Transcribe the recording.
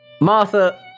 Martha